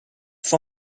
for